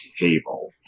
table